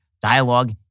dialogue